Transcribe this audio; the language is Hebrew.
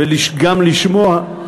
וגם לשמוע,